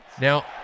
Now